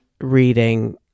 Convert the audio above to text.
reading